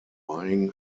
buying